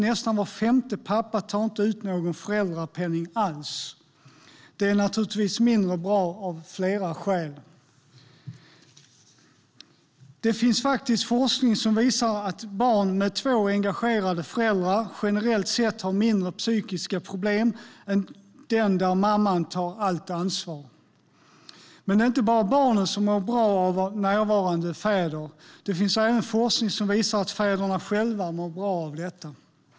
Nästan var femte pappa tar inte ut någon föräldrapenning alls. Det är naturligtvis mindre bra, av flera skäl. Det finns faktiskt forskning som visar att barn med två engagerade föräldrar generellt sett har mindre psykiska problem än i familjer där mamman tar allt ansvar. Men det är inte bara barnen som mår bra av närvarande fäder. Det finns även forskning som visar att fäderna själva mår bra av detta.